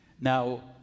Now